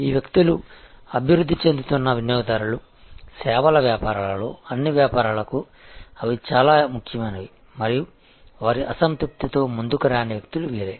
ఈ వ్యక్తులు అభివృద్ధి చెందుతున్న వినియోగదారులు సేవల వ్యాపారాలలో అన్ని వ్యాపారాలకు అవి చాలా ముఖ్యమైనవి మరియు వారి అసంతృప్తితో ముందుకు రాని వ్యక్తులు వీరే